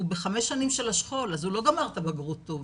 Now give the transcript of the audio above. הוא בחמש שנים של השכול אז הוא לא גמר את הבגרות טוב.